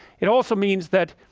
it also means that